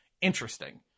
Interesting